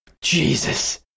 Jesus